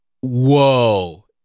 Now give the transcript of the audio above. whoa